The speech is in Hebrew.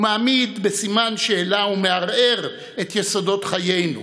הוא מעמיד בסימן שאלה ומערער את יסודות חיינו